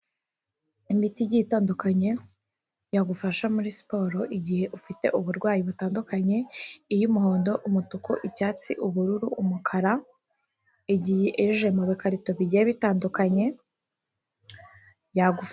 Imiti igiye itandukanye yagufasha muri siporo igihe ufite uburwayi butandukanye iy'umuhondo, umutuku, icyatsi, ubururu, umukara. Igihe ije mu karito bigiye bitandukanye yagufasha.